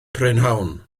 prynhawn